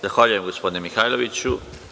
Zahvaljujem, gospodine Mihajloviću.